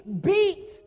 beat